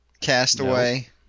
Castaway